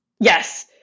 Yes